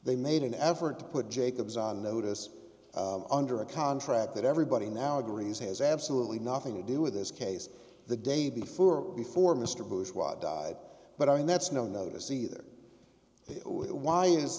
they made an effort to put jacobs on notice under a contract that everybody now agrees has absolutely nothing to do with this case the day before before mr bush was died but i mean that's no notice either why is